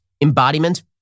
embodiment